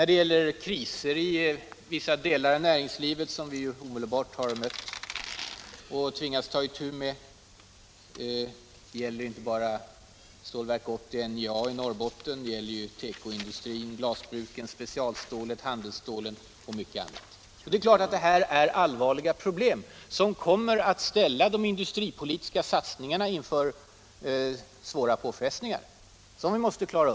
Det förekommer kriser i vissa delar av näringslivet som vi omedelbart tvingats ta itu med: Det gäller inte bara Stålverk 80 och NJA i Norrbotten — det gäller också tekoindustrin, glasbruken, specialstålet, handelsstålet och mycket annat. Det är klart att detta är allvarliga problem, som kommer att kräva industripolitiska satsningar. Dem måste vi klara.